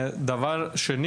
דבר שני,